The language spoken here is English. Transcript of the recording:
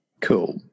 Cool